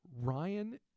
Ryan